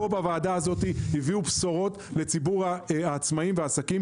פה בוועדה הזו הביאו בשורות לציבור העצמאיים והעסקים